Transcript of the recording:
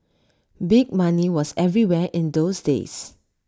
big money was everywhere in those days